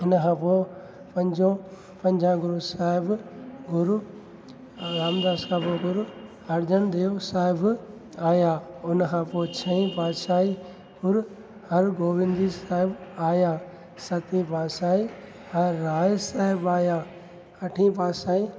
हिन खां पोइ पंजो पंहिंजा गुरू साहेब गुरू ऐं रामदास खां पोइ गुरू अर्जन देव साहिबु आया हुन खां पोइ छंई पातशाही गुरू हर गोबिंद जी साहेब आहिया सतवी पातशाही हर राय साहिबु आहिया अठ पातशाही